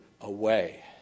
away